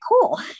cool